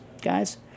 guys